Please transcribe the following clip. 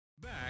Back